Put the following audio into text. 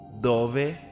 Dove